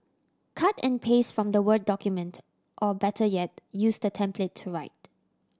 cut and paste from the word document or better yet use the template to write